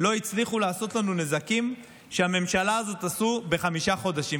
לא הצליחו לעשות לנו נזקים שהממשלה הזו עשתה בחמישה חודשים,